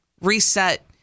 reset